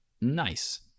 Nice